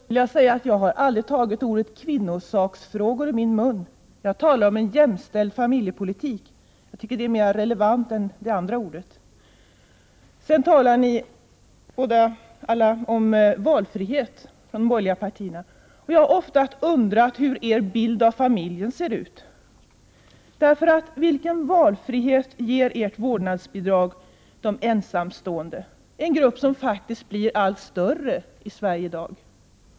Herr talman! Jag vill först säga att jag aldrig har tagit ordet kvinnosaksfrågor i min mun. Jag talar om en jämställd familjepolitik. Jag tycker att detta uttryck är mer relevant än det andra ordet. Alla de borgerliga partierna talar här om valfrihet. Jag har ofta undrat hur er bild av familjen ser ut. Vilken valfrihet ger ert vårdnadsbidrag de ensamstående, en grupp som faktiskt blir allt större i Sverige i dag?